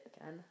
again